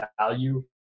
value